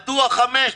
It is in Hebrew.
מדוע חמישה?